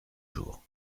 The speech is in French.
jours